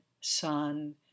sun